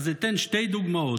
אז אתן שתי דוגמאות.